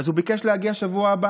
אז הוא ביקש להגיע שבוע הבא